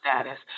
status